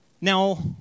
Now